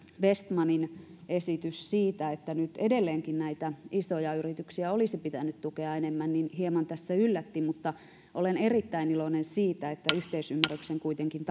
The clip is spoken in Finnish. vestmanin esitys siitä että nyt edelleenkin näitä isoja yrityksiä olisi pitänyt tukea enemmän hieman tässä yllätti mutta olen erittäin iloinen siitä että yhteisymmärryksen kuitenkin